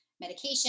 medication